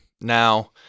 Now